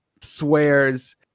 swears